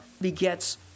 begets